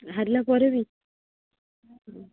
ହାରିଲା ପରେ ବି